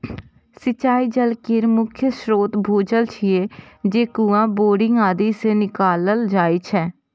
सिंचाइ जल केर मुख्य स्रोत भूजल छियै, जे कुआं, बोरिंग आदि सं निकालल जाइ छै